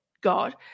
God